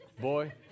boy